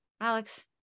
alex